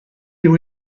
you